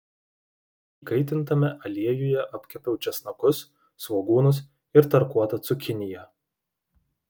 įkaitintame aliejuje apkepiau česnakus svogūnus ir tarkuotą cukiniją